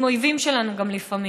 עם אויבים שלנו גם, לפעמים.